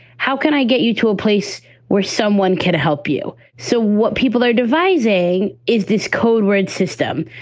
how can i get you to a place where someone can help you? so what people are devising is this codewords system.